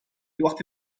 الوقت